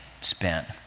spent